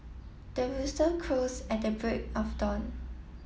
the rooster crows at the break of dawn